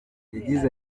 yagize